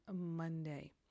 Monday